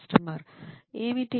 customer ఏమిటి